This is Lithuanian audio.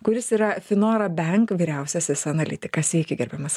kuris yra finora bank vyriausiasis analitikas sveiki gerbiamas